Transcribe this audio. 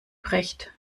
bricht